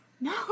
No